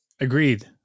agreed